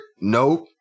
nope